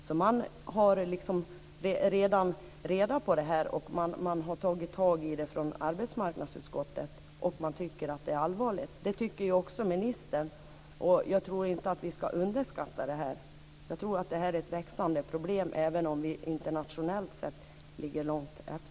Arbetsmarknadsutskottet vet alltså redan om detta och har tagit tag i det. Man tycker att det är allvarligt. Det tycker ju också ministern. Jag tror inte att vi ska underskatta detta. Jag tror att det är ett växande problem även om vi ligger långt efter internationellt sett.